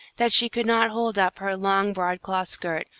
that she could not hold up her long broadcloth skirt,